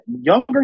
Younger